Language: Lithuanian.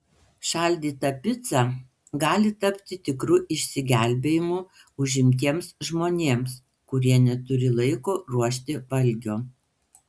šaldyta pica gali tapti tikru išsigelbėjimu užimtiems žmonėms kurie neturi laiko ruošti valgio